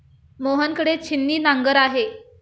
मोहन कडे छिन्नी नांगर आहे